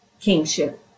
kingship